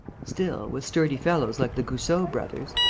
still, with sturdy fellows like the goussot brothers.